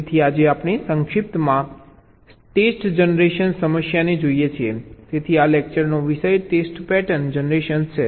તેથી આજે આપણે સંક્ષિપ્તમાં ટેસ્ટ જનરેશન સમસ્યાને જોઈએ છીએ તેથી આ લેક્ચરનો વિષય ટેસ્ટ પેટર્ન જનરેશન છે